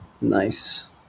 Nice